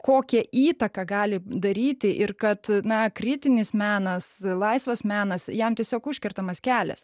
kokią įtaką gali daryti ir kad na kritinis menas laisvas menas jam tiesiog užkertamas kelias